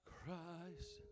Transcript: Christ